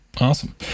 Awesome